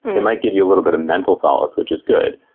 it might give you a little bit of mental solace, which is good,